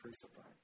crucified